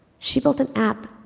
she built an app,